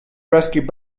rescued